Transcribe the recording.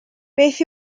beth